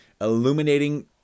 illuminating